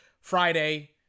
Friday